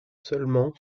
seulement